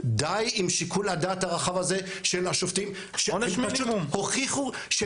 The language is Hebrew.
די עם שיקול הדעת הרחב הזה של השופטים שפשוט הוכיחו,